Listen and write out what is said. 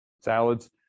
Salads